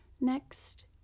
next